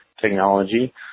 technology